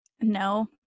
no